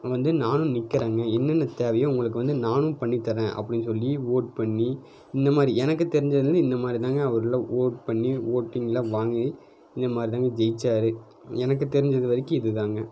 வந்து நானும் நிற்கிறங்க என்னென்ன தேவையோ உங்களுக்கு வந்து நானும் பண்ணித் தரேன் அப்படின்னு சொல்லி ஓட் பண்ணி இந்த மாதிரி எனக்கு தெரிஞ்சதுலேருந்து இந்தமாதிரி தாங்க அவருலாம் ஓட் பண்ணி ஓட்டிங்லாம் வாங்கி இந்த மாதிரி தாங்க ஜெயித்தாரு எனக்கு தெரிஞ்சது வரைக்கும் இது தாங்க